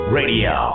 radio